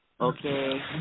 Okay